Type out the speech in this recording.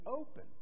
open